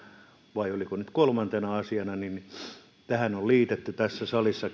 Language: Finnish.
vai oliko nyt kolmantena asiana tähän on liitetty tässä salissa